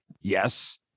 Yes